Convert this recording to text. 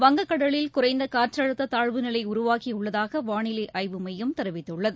வங்கக்கடலில் குறைந்தகாற்றழுத்ததாழ்வுநிலைஉருவாகியுள்ளதாகவானிலைஆய்வு மையம் தெரிவித்துள்ளது